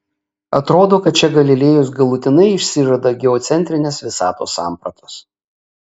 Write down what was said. atrodo kad čia galilėjus galutinai išsižada geocentrinės visatos sampratos